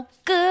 good